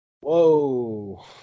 whoa